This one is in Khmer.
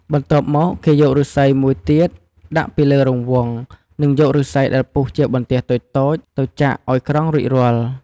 បន្ទាប់មក គេយកឫស្សីមួយទៀតដាក់ពីលើរង្វង់និងយកឫស្សីដែលពុះជាបន្ទះតូចៗទៅចាក់អោយក្រងរួចរាល់។